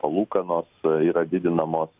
palūkanos yra didinamos